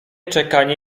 czekanie